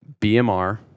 BMR